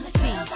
see